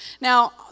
Now